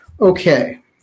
Okay